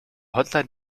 hotline